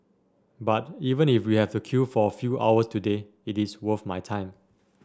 but even if we have to queue for a few hours today it's worth my time